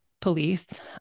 police